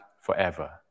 forever